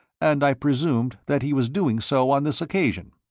and i presumed that he was doing so on this occasion.